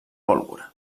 pólvora